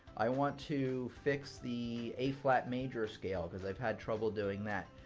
i want to fix the a flat major scale, cause i've had trouble doing that.